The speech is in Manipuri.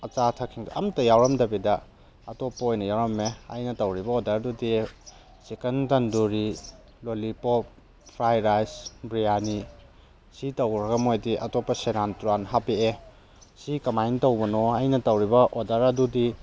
ꯑꯆꯥ ꯑꯊꯛꯁꯤꯡ ꯑꯃꯇ ꯌꯥꯎꯔꯝꯗꯕꯤꯗ ꯑꯇꯣꯞꯄ ꯑꯣꯏꯅ ꯌꯥꯎꯔꯝꯃꯦ ꯑꯩꯅ ꯇꯧꯔꯤꯕ ꯑꯣꯔꯗꯔꯗꯨꯗꯤ chicken tandoori lollipop fry rice biryani ꯁꯤ ꯇꯧꯈ꯭ꯔꯒ ꯃꯣꯏꯗꯤ ꯑꯇꯣꯞꯄ ꯁꯦꯔꯥꯟ ꯇꯨꯔꯥꯟ ꯍꯥꯞꯄꯛꯑꯦ ꯁꯤ ꯀꯃꯥꯏꯅ ꯇꯧꯕꯅꯣ ꯑꯩꯅ ꯇꯧꯔꯤꯕ ꯑꯣꯔꯗꯔ ꯑꯗꯨꯗꯤ